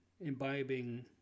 imbibing